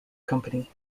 company